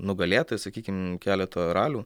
nugalėtojai sakykim keleto ralių